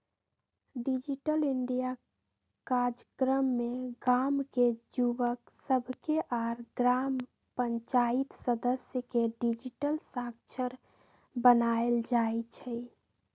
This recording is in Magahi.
डिजिटल इंडिया काजक्रम में गाम के जुवक सभके आऽ ग्राम पञ्चाइत सदस्य के डिजिटल साक्षर बनाएल जाइ छइ